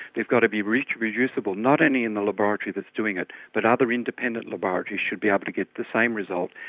they've got to be reproducible not only in the laboratory that's doing it but other independent laboratories should be able to get the same result,